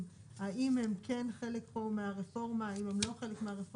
יש לכם הרב בניינים.